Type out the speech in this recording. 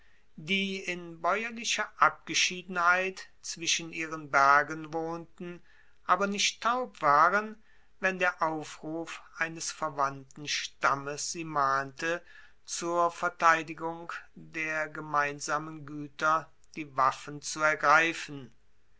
die in baeuerlicher abgeschiedenheit zwischen ihren bergen wohnten aber nicht taub waren wenn der aufruf eines verwandten stammes sie mahnte zur verteidigung der gemeinsamen gueter die waffen zu ergreifen